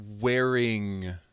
wearing